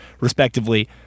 respectively